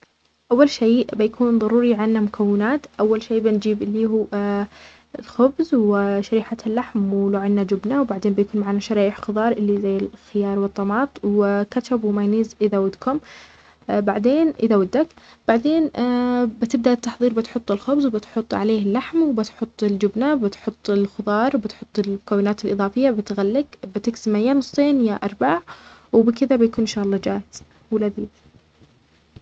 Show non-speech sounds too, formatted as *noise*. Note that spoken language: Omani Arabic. أول شيء بيكون ظروري عنا مكونات أول شيء بيجيب إلي هو *hesitation* الخبز وشريحة اللحم ولو عنا جبنة وبعدين بيكون معانا شرايح خظار إللي زي الخيار والطماط وكاتشف ومايونيز إذا ودكم بعدين إذا ودت بعدين بتبدأ التحظير بتحط الخبز وبتحط عليه اللحم وبتحط الجبنة وبتحط الخظار وبتحط المكونات الإظافية بتغلق بتقسمه يا نصين أو أرباع وبكذا بيكون إن شاء الله جاهز و لذيذ.